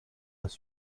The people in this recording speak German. das